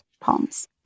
palms